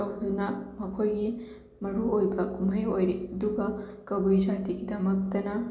ꯇꯧꯗꯨꯅ ꯃꯈꯣꯏꯒꯤ ꯃꯔꯨꯑꯣꯏꯕ ꯀꯨꯝꯍꯩ ꯑꯣꯏꯔꯤ ꯑꯗꯨꯒ ꯀꯕꯨꯏ ꯖꯥꯇꯤꯒꯤꯗꯃꯛꯇꯅ